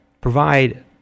provide